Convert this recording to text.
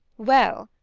well,